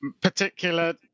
Particular